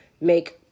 make